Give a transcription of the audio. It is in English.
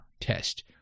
test